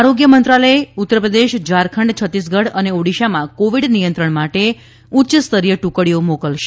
આરોગ્ય મંત્રાલય ઉત્તરપ્રદેશ ઝારખંડ છત્તીસગઢ અને ઓડિશામાં કોવિડ નિયંત્રણ માટે ઉચ્ય સ્તરીય ટુકડીઓ મોકલશે